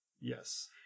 Yes